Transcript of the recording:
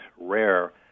rare